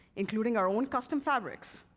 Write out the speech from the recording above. including our own custom fabrics.